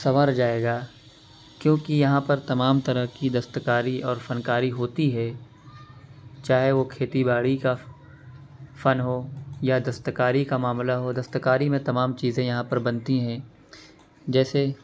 سنور جائے گا کیونکہ یہاں پر تمام طرح کی دست کاری اور فن کاری ہوتی ہے چاہے وہ کھیتی باڑی کا فن ہو یا دست کاری کا معاملہ ہو دست کاری میں تمام چیزیں یہاں پر بنتی ہیں جیسے